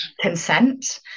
consent